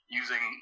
using